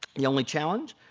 the only challenge?